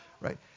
right